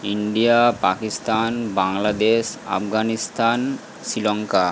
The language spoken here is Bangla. ইন্ডিয়া পাকিস্তান বাংলাদেশ আফগানিস্তান শ্রীলঙ্কা